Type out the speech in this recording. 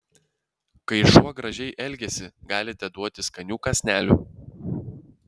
kai šuo gražiai elgiasi galite duoti skanių kąsnelių